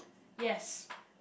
yes